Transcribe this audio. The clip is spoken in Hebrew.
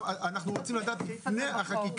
אנחנו רוצים לדעת מהחקיקה,